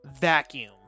vacuum